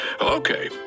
Okay